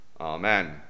Amen